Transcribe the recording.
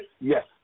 Yes